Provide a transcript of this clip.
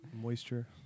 Moisture